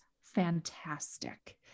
fantastic